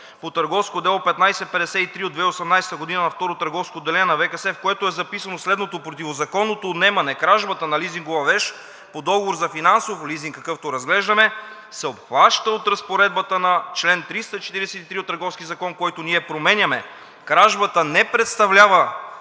по Търговско дело № 1553/2018 г. във II търговско отделение на ВКС, в което е записано следното: „Противозаконното отнемане, кражбата на лизингова вещ по договор за финансов лизинг, какъвто разглеждаме, се обхваща от Разпоредбата на чл. 343 от Търговския закон, който ние променяме, кражбата не представлява,